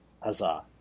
Huzzah